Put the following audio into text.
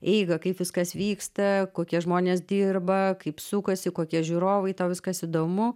eigą kaip viskas vyksta kokie žmonės dirba kaip sukasi kokie žiūrovai tau viskas įdomu